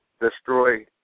destroy